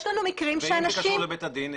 יש לנו מקרים שאנשים --- ואם זה קשור לבית הדין?